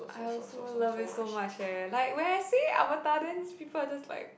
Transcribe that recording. I also love it so much eh like when I see Avatar then people are just like